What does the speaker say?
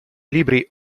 libri